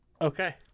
okay